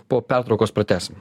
po pertraukos pratęsim